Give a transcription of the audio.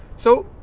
so,